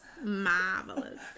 Marvelous